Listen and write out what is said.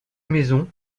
maison